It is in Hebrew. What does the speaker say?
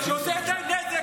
אתה פועל ממניעים פוליטיים.